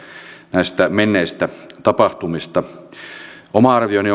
näistä menneistä tapahtumista oma arvioni